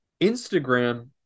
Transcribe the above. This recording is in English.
Instagram